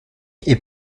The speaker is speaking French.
est